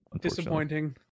Disappointing